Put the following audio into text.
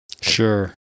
Sure